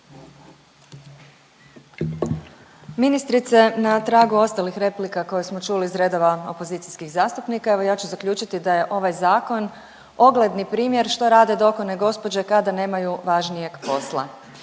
Ministrice, na tragu ostalih replika koje smo čuli iz redova opozicijskih zastupnika evo ja ću zaključiti da je ovaj zakon ogledni primjer što rade dokone gospođe kada nemaju važnijeg posla.